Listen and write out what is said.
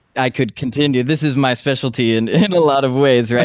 i could continue. this is my specialty in in a lot of ways.